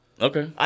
Okay